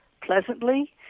pleasantly